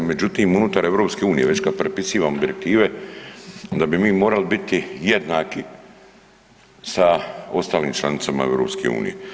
Međutim unutar EU već kad prepisivamo direktive onda bi mi morali biti jednaki sa ostalim članicama EU.